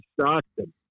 Stockton